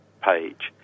page